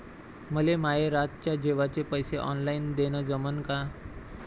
मले माये रातच्या जेवाचे पैसे ऑनलाईन देणं जमन का?